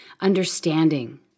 understanding